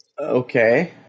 Okay